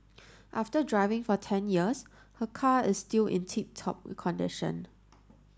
after driving for ten years her car is still in tip top condition